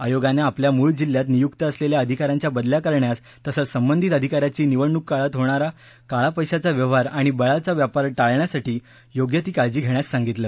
आयोगानं आपल्या मुळ जिल्ह्यात नियुक्त असलेल्या अधिकाऱ्यांच्या बदल्या करण्यास तसंच संबंधित अधिकाऱ्यांनी निवडणूक काळात होणारा काळा पैशाचा व्यवहार आणि बळाचा व्यापार टाळण्यासाठी योग्य ती काळजी घेण्यास सांगितलं